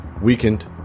weakened